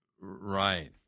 Right